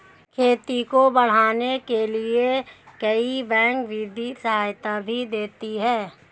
खेती को बढ़ाने के लिए कई बैंक वित्तीय सहायता भी देती है